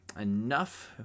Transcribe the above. enough